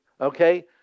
okay